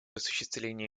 осуществлении